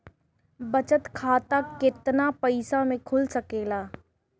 बचत खाता केतना पइसा मे खुल सकेला?